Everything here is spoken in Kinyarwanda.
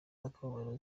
z’akababaro